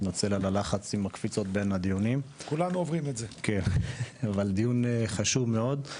אני בקפיצות בין הדיונים אבל זה דיון חשוב מאוד.